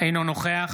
אינו נוכח